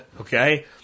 okay